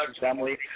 family